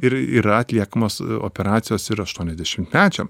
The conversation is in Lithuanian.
ir yra atliekamos operacijos ir aštuoniasdešimtmečiam